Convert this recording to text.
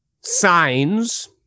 signs